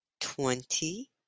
twenty